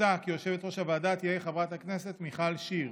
מוצע כי יושבת-ראש הוועדה תהיה חברת הכנסת מיכל שיר.